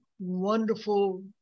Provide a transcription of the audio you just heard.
wonderful